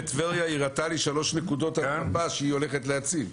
בטבריה היא הראתה לי שלוש נקודות על המפה שהיא הולכת להציב.